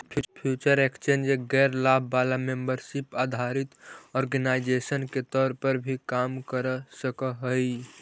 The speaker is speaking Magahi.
फ्यूचर एक्सचेंज एक गैर लाभ वाला मेंबरशिप आधारित ऑर्गेनाइजेशन के तौर पर भी काम कर सकऽ हइ